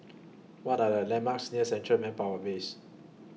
What Are The landmarks near Central Manpower Base